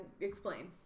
Explain